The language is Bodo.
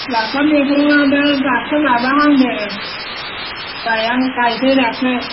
लाफा मैगङा दा दासो माबाहांदों लाइआ गायदों दासो